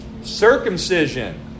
Circumcision